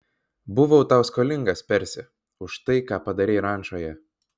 buvau tau skolingas persi už tai ką padarei rančoje